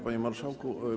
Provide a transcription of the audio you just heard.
Panie Marszałku!